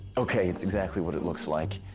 okay, it's exactly what it looks like.